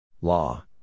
Law